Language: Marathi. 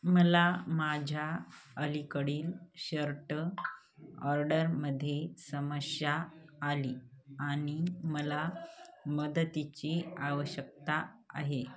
मला माझ्या अलीकडील शर्ट ऑर्डरमध्ये समस्या आली आणि मला मदतीची आवश्यकता आहे